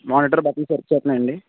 monitor buttons work చేస్తున్నాయా అండి